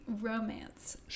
romance